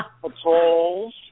patrols